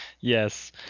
Yes